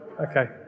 Okay